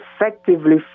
effectively